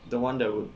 the one that would